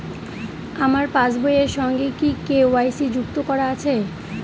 আমার পাসবই এর সঙ্গে কি কে.ওয়াই.সি যুক্ত করা আছে?